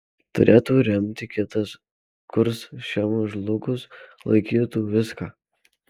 turėtų remti kitas kurs šiam žlugus laikytų viską